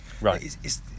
right